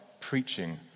preaching